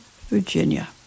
Virginia